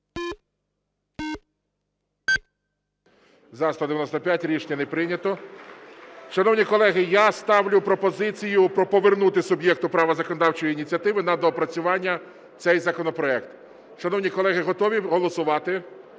За-195 Рішення не прийнято. Шановні колеги, я ставлю пропозицію повернути суб'єкту права законодавчої ініціативи на доопрацювання цей законопроект. Шановні колеги, готові голосувати?